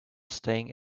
staying